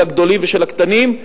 של הגדולים ושל הקטנים,